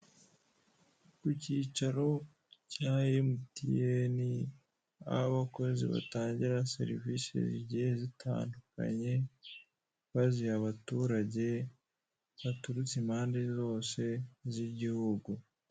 Ku kicaro cya emutiyeni aho abakozi batangira serivise zigiye zitanudkanye, baziha abaturage baturutse impande zose z'igihugu.